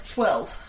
Twelve